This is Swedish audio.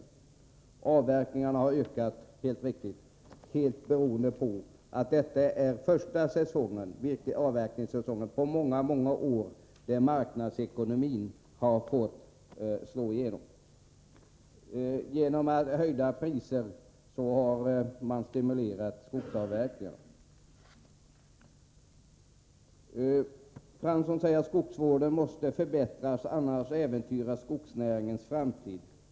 Det är riktigt att avverkningarna har ökat, men det beror på att detta är den första avverkningssäsongen på många år då marknadsekonomin har fått slå igenom. Genom höjda priser har skogsavverkningen stimulerats. Jan Fransson säger att skogsvården måste förbättras eftersom skogsnäringens framtid annars äventyras.